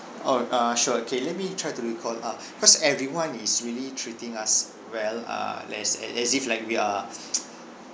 oh uh sure okay let me try to recall uh because everyone is really treating us well uh that's as if like we are